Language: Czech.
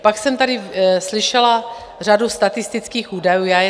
Pak jsem tady slyšela řadu statistických údajů.